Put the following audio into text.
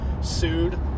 Sued